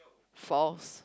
false